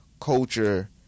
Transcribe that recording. culture